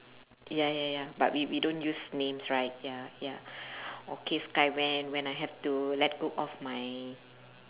ya ya ya but we we don't use names right ya ya okay I when when I have to let go of my